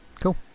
cool